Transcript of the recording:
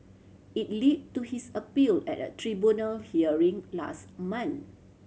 it to his appeal at a tribunal hearing last month